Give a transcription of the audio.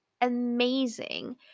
amazing